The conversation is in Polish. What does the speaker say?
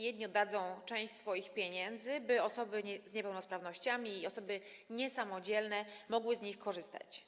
Jedni oddadzą część swoich pieniędzy, by osoby z niepełnosprawnościami i osoby niesamodzielne mogły z nich korzystać.